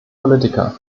politiker